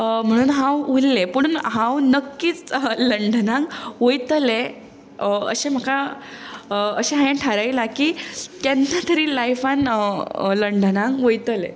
म्हणून हांव उरलें पूण हांव नक्कीच लंडनाक वयतलें अशें म्हाका अशें म्हाका अशें हांवें थारायलां की केन्ना तरी लायफान लंडनाक वयतलें